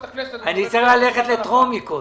הכנסת --- אני צריך ללכת לקריאה טרומית קודם.